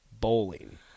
bowling